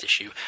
issue